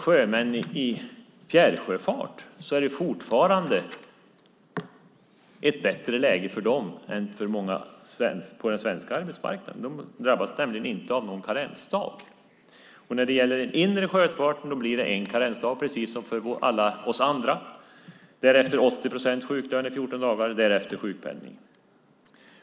Sjömän i fjärrsjöfart har ett bättre läge än många på den svenska arbetsmarknaden. De drabbas nämligen av någon karensdag. När det gäller den inre sjöfarten blir det en karensdag precis som för alla oss andra, därefter 80 procent sjuklön i 14 dagar och därefter sjukpenning.